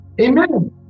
Amen